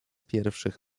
pierwszych